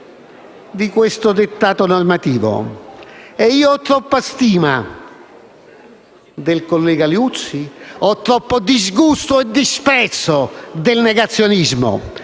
di questo dettato normativo. E io ho troppo stima del collega Liuzzi ed ho troppo disgusto e disprezzo del negazionismo.